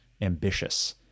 ambitious